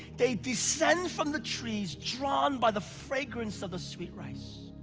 they descend from the trees, drawn by the fragrance of the sweet rice.